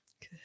Good